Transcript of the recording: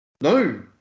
No